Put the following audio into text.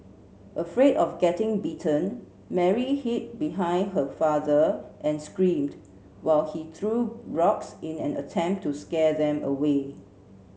afraid of getting bitten Mary hid behind her father and screamed while he threw rocks in an attempt to scare them away